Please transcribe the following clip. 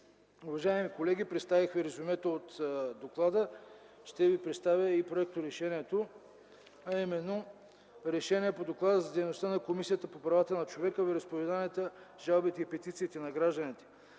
Уважаеми колеги, представих ви резюмето от доклада. Ще ви представя и проекта за: „РЕШЕНИЕ по Доклада за дейността на Комисията по правата на човека, вероизповеданията, жалбите и петициите на гражданите